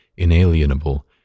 inalienable